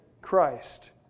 Christ